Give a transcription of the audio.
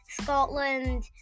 Scotland